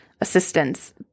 assistance